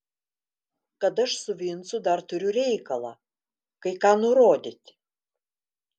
kad aš su vincu dar turiu reikalą kai ką nurodyti